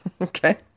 okay